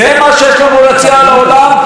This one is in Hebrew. זה מה שיש לנו להציע לעולם,